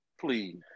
please